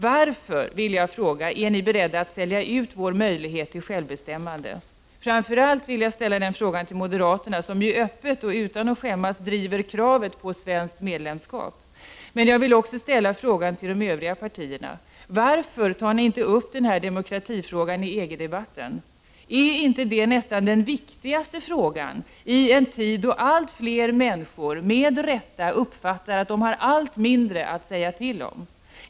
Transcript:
Varför, vill jag fråga, är ni beredda att sälja ut vår möjlighet till självbestämmande? Framför allt vill jag ställa den frågan till moderaterna, som ju öppet och utan att skämmas driver kravet på svenskt medlemskap. Men jag vill också ställa frågan till de övriga partierna. Varför tar ni inte upp demokratifrågan i EG-debatten? Är inte det nästan den viktigaste frågan i en tid då allt fler människor, med rätta, uppfattar att de har allt mindre att säga till om?